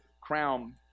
crown